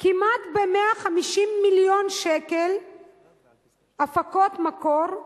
כמעט ב-150 מיליון שקל הפקות מקור,